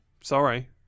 Sorry